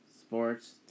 sports